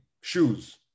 shoes